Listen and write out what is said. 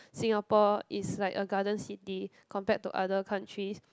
Singapore is like a garden city compared to other countries